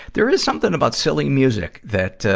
there is something about silly music that, ah,